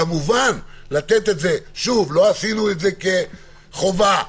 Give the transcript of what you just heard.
כמובן שלא עשינו את זה כחובה.